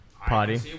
party